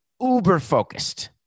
uber-focused